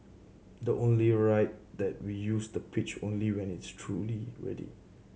the only right that we use the pitch only when it's truly ready